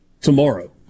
tomorrow